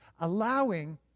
allowing